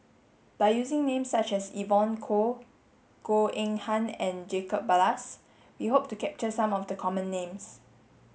by using names such as Evon Kow Goh Eng Han and Jacob Ballas we hope to capture some of the common names